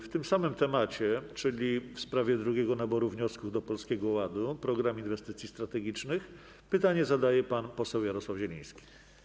W tym samym temacie, czyli w sprawie drugiego naboru wniosków do Polskiego Ładu: Programu Inwestycji Strategicznych, pytanie zadaje pan poseł Jarosław Zieliński.